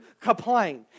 complain